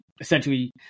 Essentially